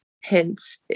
hints